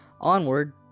Onward